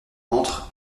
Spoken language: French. entre